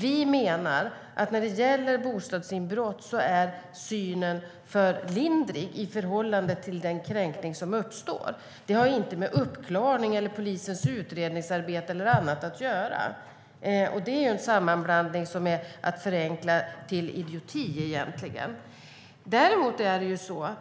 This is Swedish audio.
Vi menar att synen på bostadsinbrott är för lindrig i förhållande till den kränkning som uppstår. Det har inte med uppklaring, polisens utredningsarbete eller något annat att göra. Det är en sammanblandning som egentligen är att förenkla till idioti. Däremot har